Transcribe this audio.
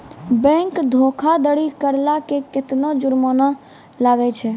Bank धोखाधड़ी करला पे केतना जुरमाना लागै छै?